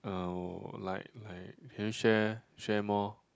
uh like like can you share share more